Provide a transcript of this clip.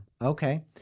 Okay